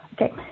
Okay